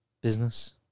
business